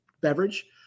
beverage